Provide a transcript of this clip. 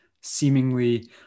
seemingly